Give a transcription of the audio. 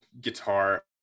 guitar